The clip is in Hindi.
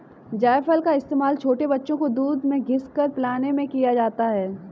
जायफल का इस्तेमाल छोटे बच्चों को दूध में घिस कर पिलाने में किया जाता है